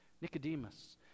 Nicodemus